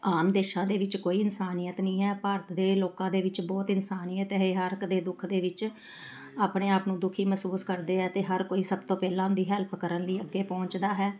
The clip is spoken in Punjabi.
ਆਮ ਦੇਸ਼ਾਂ ਦੇ ਵਿੱਚ ਕੋਈ ਇਨਸਾਨੀਅਤ ਨਹੀਂ ਹੈ ਭਾਰਤ ਦੇ ਲੋਕਾਂ ਦੇ ਵਿੱਚ ਬਹੁਤ ਇਨਸਾਨੀਅਤ ਇਹ ਹਰ ਇੱਕ ਦੇ ਦੁੱਖ ਦੇ ਵਿੱਚ ਆਪਣੇ ਆਪ ਨੂੰ ਦੁਖੀ ਮਹਿਸੂਸ ਕਰਦੇ ਹੈ ਅਤੇ ਹਰ ਕੋਈ ਸਭ ਤੋਂ ਪਹਿਲਾਂ ਉਹਨ ਦੀ ਹੈਲਪ ਕਰਨ ਲਈ ਅੱਗੇ ਪਹੁੰਚਦਾ ਹੈ